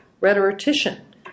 rhetorician